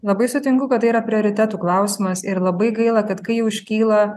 labai sutinku kad tai yra prioritetų klausimas ir labai gaila kad kai užkyla